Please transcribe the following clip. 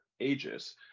ages